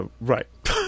Right